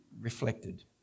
reflected